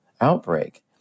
outbreak